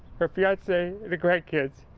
her fiance, the grandkids,